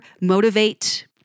motivate